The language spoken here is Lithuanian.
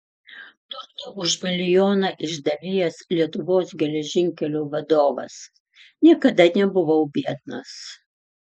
turto už milijoną išdalijęs lietuvos geležinkelių vadovas niekada nebuvau biednas